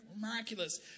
miraculous